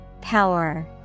Power